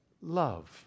love